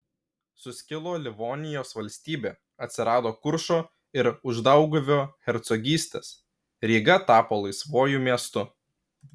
suskilo livonijos valstybė atsirado kuršo ir uždauguvio hercogystės ryga tapo laisvuoju miestu